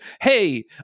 hey